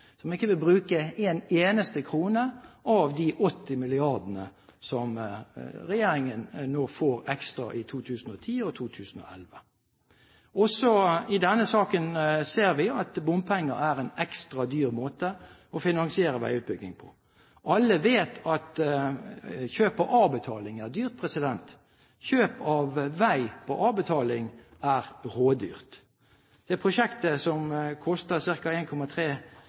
som ikke vil bruke en eneste krone av de 80 mrd. kr som regjeringen nå får ekstra i 2010 og 2011. Også i denne saken ser vi at bompenger er en ekstra dyr måte å finansiere veiutbygging på. Alle vet at kjøp på avbetaling er dyrt. Kjøp av vei på avbetaling er rådyrt. Til prosjektet, som koster